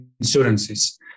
insurances